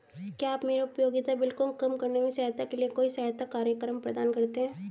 क्या आप मेरे उपयोगिता बिल को कम करने में सहायता के लिए कोई सहायता कार्यक्रम प्रदान करते हैं?